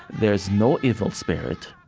there is no evil spirit.